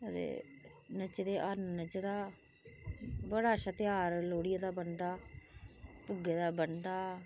दे नचदे हरण नचदा बड़ा अच्छा ध्यार लोहड़ी दा बनदा भुग्गे दा बनदा ते हरण नचदा